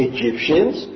Egyptians